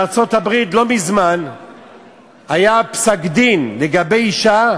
בארצות-הברית היה לא מזמן פסק-דין לגבי אישה